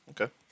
Okay